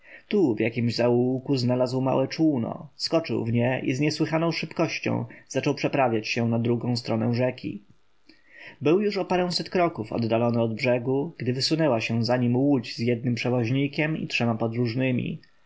tu w jakimś zaułku znalazł małe czółno skoczył w nie i z niesłychaną szybkością zaczął przeprawiać się na drugą stronę rzeki był już o paręset kroków oddalony od brzegu gdy wysunęła się za nim łódź z jednym przewoźnikiem i trzema podróżnymi